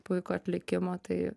puikų atlikimą tai